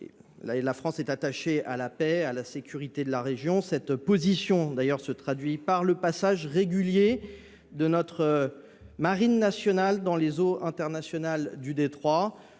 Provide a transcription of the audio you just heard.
La France est attachée à la paix et à la sécurité de la région. Cette position se traduit par le passage régulier de notre marine nationale dans les eaux internationales du détroit.